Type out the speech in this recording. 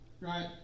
Right